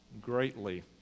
greatly